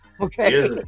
Okay